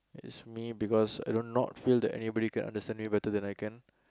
is me because I do not feel that anybody can understand me better than I can